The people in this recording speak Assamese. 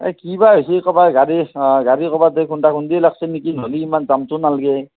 এ কিবা হৈছি কাবাৰ গাড়ী হা গাড়ী খুন্দা খুন্দী লাগছি নেকি নহলি ইমান জামটো নাল্গে